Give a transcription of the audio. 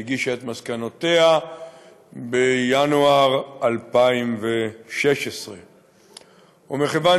שהגיש את מסקנותיה בינואר 2016. ומכיוון